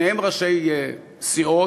שניהם ראשי סיעות,